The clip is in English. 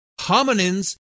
Hominins